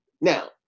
Now